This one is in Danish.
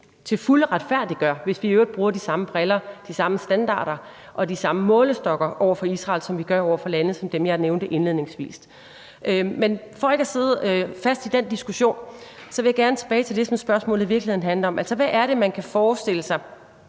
til fulde retfærdiggør det, hvis vi i øvrigt bruger de samme briller, de samme standarder og de samme målestokke over for Israel, som vi gør over for lande som dem, jeg nævnte indledningsvis. Men for ikke at sidde fast i den diskussion vil jeg gerne tilbage til det, som spørgsmålet i virkeligheden handler om. Altså, hvad er det, man kan forestille sig